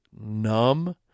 numb